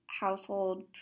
household